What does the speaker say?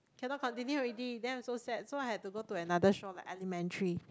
cannot continue already then I'm so sad so I had to go to another show like Elementary